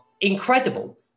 incredible